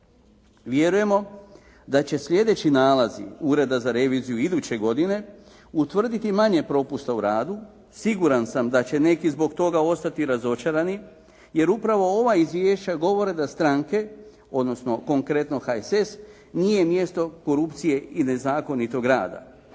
Vjerujemo da će sljedeći nalazi Ureda za reviziju iduće godine utvrditi manje propusta u radu. Siguran sam da će neki zbog toga ostati razočarani, jer upravo ova izvješća govore da stranke odnosno konkretno HSS nije mjesto korupcije i nezakonitog rada.